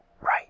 Right